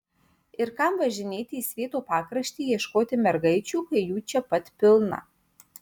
ir kam važinėti į svieto pakraštį ieškoti mergaičių kai jų čia pat pilna